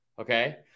okay